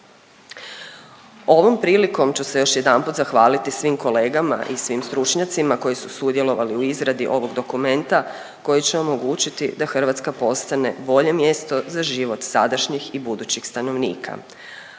Ovom prilikom ću se još jedanput zahvaliti svim kolegama i svim stručnjacima koji su sudjelovali u izradi ovog dokumenta koji će omogućiti da Hrvatska postane bolje mjesto za život sadašnjih i budućih stanovnika,